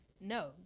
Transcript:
No